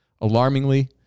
Alarmingly